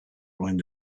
rolling